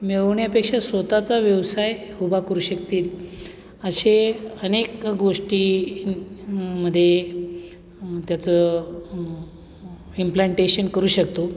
मिळवण्यापेक्षा स्वत चा व्यवसाय उभा करू शकतील असे अनेक गोष्टी मध्ये त्याचं इम्प्लांटेशन करू शकतो